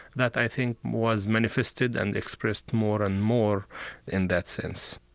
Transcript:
that, i think, was manifested and expressed more and more in that sense